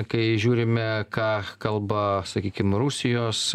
kai žiūrime ką kalba sakykim rusijos